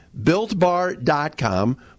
BuiltBar.com